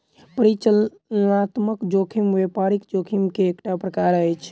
परिचालनात्मक जोखिम व्यापारिक जोखिम के एकटा प्रकार अछि